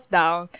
down